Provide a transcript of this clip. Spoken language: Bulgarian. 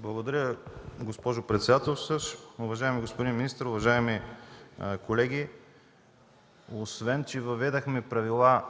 Благодаря, госпожо председателстващ. Уважаеми господин министър, уважаеми колеги! Освен че въведохме правила